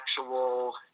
actual